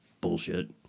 bullshit